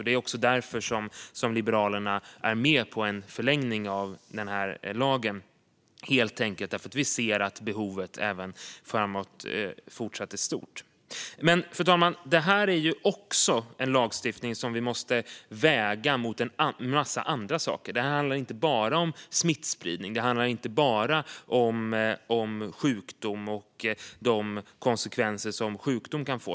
Det är därför som Liberalerna ställer sig bakom en förlängning av denna lag, alltså helt enkelt därför att vi ser att behovet även framöver är stort. Fru talman! Detta är också en lagstiftning som vi måste väga mot en massa andra saker. Detta handlar inte bara om smittspridning och sjukdom och de konsekvenser som sjukdom kan få.